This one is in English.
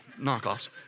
knockoffs